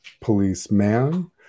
policeman